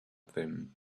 them